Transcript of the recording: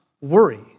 worry